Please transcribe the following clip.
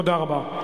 תודה רבה.